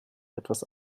etwas